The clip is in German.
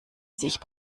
sich